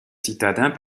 citadins